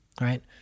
right